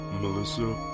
Melissa